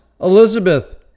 Elizabeth